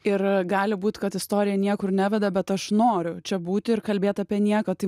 ir gali būt kad istorija niekur neveda bet aš noriu čia būti ir kalbėt apie nieką tai